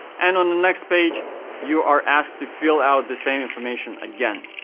and on the next page you are asked to fill out the same information again.